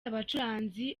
abacuranzi